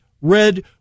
red